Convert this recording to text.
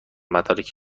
مدارک